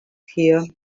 here